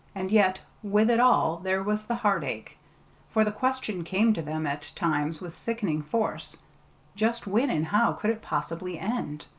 and yet, with it all there was the heartache for the question came to them at times with sickening force just when and how could it possibly end?